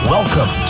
Welcome